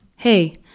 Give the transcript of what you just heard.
Hey